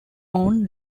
own